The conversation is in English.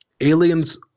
aliens